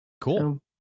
cool